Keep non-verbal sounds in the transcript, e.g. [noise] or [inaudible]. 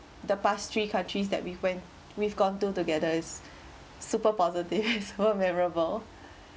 the past three countries that we've went we've gone to together is super positive [laughs] also memorable